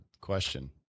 question